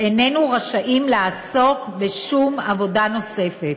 איננו רשאים לעסוק בשום עבודה נוספת,